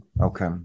okay